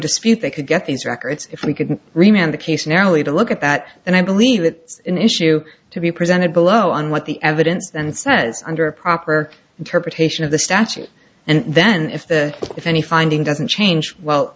dispute they could get these records if we couldn't remain on the case now only to look at that and i believe that it's an issue to be presented below on what the evidence and says under a proper interpretation of the statute and then if the if any finding doesn't change well